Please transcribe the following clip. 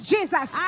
Jesus